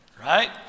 Right